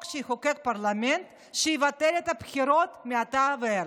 שיחוקק פרלמנט שיבטל את הבחירות מעתה ואילך?